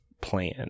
plan